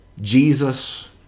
Jesus